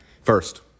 first